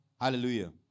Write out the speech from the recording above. Hallelujah